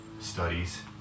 studies